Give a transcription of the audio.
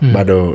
Bado